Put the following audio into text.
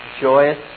joyous